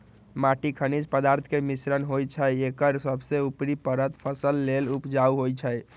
माटी खनिज पदार्थ के मिश्रण होइ छइ एकर सबसे उपरी परत फसल लेल उपजाऊ होहइ